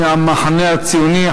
מהמחנה הציוני,